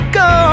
go